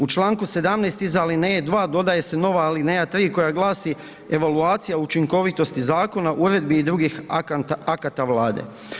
U Članku 17. iza alineje 2 dodaje se nova alineja 3 koja glasi: „- evaluacija učinkovitosti zakona, uredbi i drugih akata vlade“